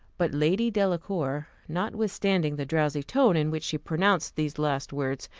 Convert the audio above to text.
but lady delacour, notwithstanding the drowsy tone in which she pronounced these last words,